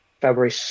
February